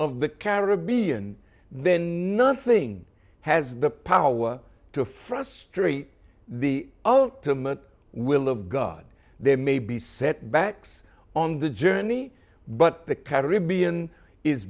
of the caribbean then nothing has the power to frustrate the ultimate will of god there may be setbacks on the journey but the caribbean is